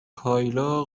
کایلا